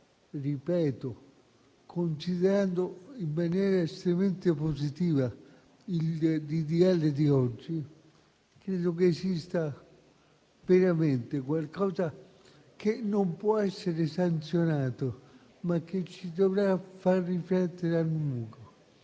dirà, considerando in maniera estremamente positiva il disegno di legge in esame, credo che esista veramente qualcosa che non può essere sanzionato, ma che ci dovrà far riflettere a lungo: